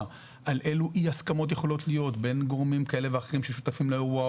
אלו אי הסכמות יכולות להיות בין גורמים כאלה ואחרים ששותפים לאירוע,